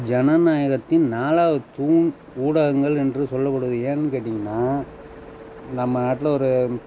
ஜனநாயகத்தின் நாலாவது தூண் ஊடகங்கள் என்று சொல்லப்படுவது ஏன் கேட்டிங்கன்னால் நம்ம நாட்டில ஒரு